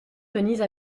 denise